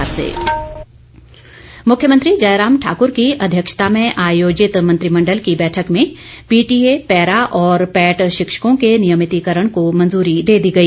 cabinet मुख्यमंत्री जयराम ठाकूर की अध्यक्षता में आयोजित मंत्रिमंडल की बैठक में पीटीए पैरा और पैट शिक्षकों के नियमितीकरण को मंजूरी दे दी गई